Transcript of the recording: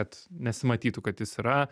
kad nesimatytų kad jis yra